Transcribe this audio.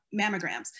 mammograms